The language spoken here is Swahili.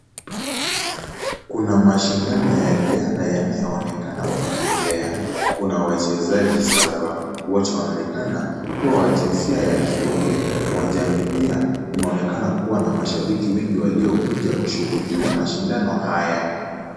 Kuna mashindano ya riadha yanayoonekana kuendelea. Kuna wachezaji saba ,wote waonekana kuwa wa jinsia ya kiume, uwanjani pia mnaonekana kuwa na mashibaki wengi waliokuja kushuhudia mashindano haya.